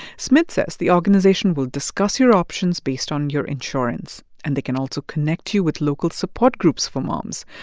smith says the organization will discuss your options based on your insurance, and they can also connect you with local support groups for moms,